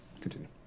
Continue